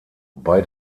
bei